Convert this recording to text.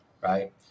right